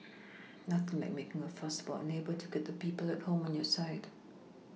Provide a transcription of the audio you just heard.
nothing like making a fuss about a neighbour to get the people at home on your side